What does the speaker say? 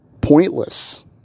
pointless